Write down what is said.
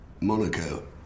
Monaco